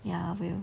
ya I will